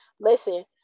listen